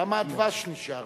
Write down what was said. למה הדבש נשאר?